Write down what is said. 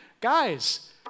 guys